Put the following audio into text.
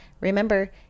Remember